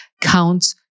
counts